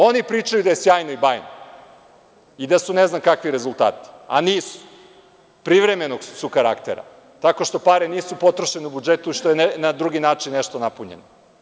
Oni pričaju da je sjajno i bajno i da su ne znam kakvi rezultati, a nisu, privremenog su karaktera, tako što pare nisu potrošene u tom budžetu, nego što je nešto drugo na drugi način napunjeno.